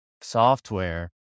software